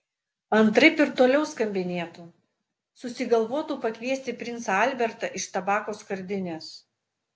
antraip ir toliau skambinėtų susigalvotų pakviesti princą albertą iš tabako skardinės